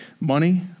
money